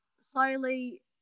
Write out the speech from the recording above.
slowly